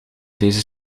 deze